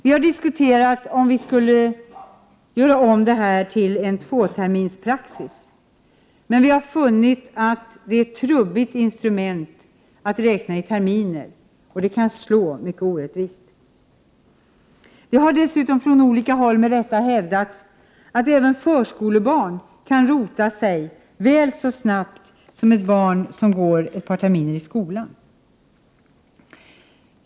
Vi har diskuterat att införa en tvåterminspraxis men funnit att det är ett trubbigt instrument att räkna i terminer, och det kan slå orättvist. Det har dessutom från olika håll och med rätta hävdats att även förskolebarn kan rota sig väl så snabbt som barn som gått ett par terminer i skolan.